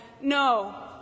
no